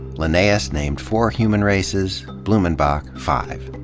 linneaus ah named four human races, blumenbach five.